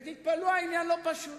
ותתפלאו, העניין לא פשוט,